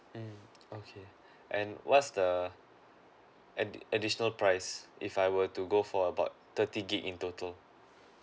mm okay and what's the addi~ additional price if I want to go for about thirty gigabyte in total